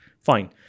Fine